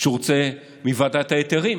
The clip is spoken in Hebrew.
שהוא רוצה מוועדת ההיתרים?